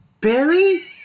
Barry